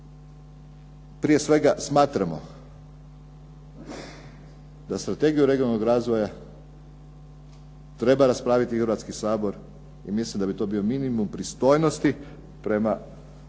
prije svega smatramo da strategiju regionalnog razvoja treba raspraviti Hrvatski sabor i mislim da bi to bio minimum pristojnosti prema ljudima